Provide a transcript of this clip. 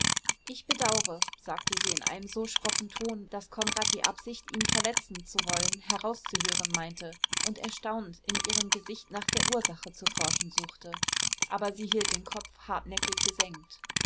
ich bedaure sagte sie in einem so schroffen ton daß konrad die absicht ihn verletzen zu wollen herauszuhören meinte und erstaunt in ihrem gesicht nach der ursache zu forschen suchte aber sie hielt den kopf hartnäckig gesenkt